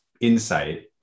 insight